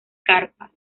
carpas